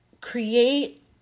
create